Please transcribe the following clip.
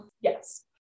Yes